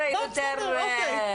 בסדר.